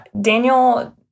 Daniel